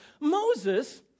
Moses